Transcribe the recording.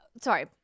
sorry